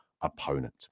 opponent